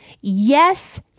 Yes